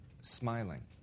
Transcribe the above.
smiling